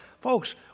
folks